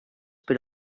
per